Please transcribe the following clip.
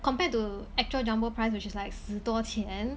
compared to actual jumbo price which is like 十多千